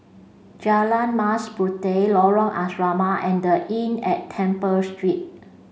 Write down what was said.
Jalan Mas Puteh Lorong Asrama and The Inn at Temple Street